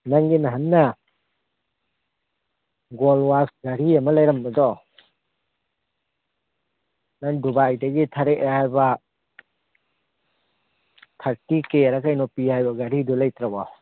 ꯅꯪꯒꯤ ꯅꯍꯥꯟꯅꯦ ꯒꯣꯜ ꯋꯥꯁ ꯘꯔꯤ ꯑꯃ ꯂꯩꯔꯝꯕꯗꯣ ꯅꯪ ꯗꯨꯕꯥꯏꯗꯒꯤ ꯊꯥꯔꯀꯑꯦ ꯍꯥꯏꯕ ꯊꯑꯔꯇꯤ ꯀꯦꯔ ꯀꯩꯅꯣ ꯄꯤ ꯍꯥꯏꯕ ꯘꯔꯤꯗꯣ ꯂꯩꯇ꯭ꯔꯕꯣ